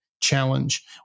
challenge